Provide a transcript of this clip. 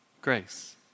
Grace